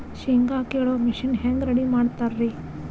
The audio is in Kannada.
ಶೇಂಗಾ ಕೇಳುವ ಮಿಷನ್ ಹೆಂಗ್ ರೆಡಿ ಮಾಡತಾರ ರಿ?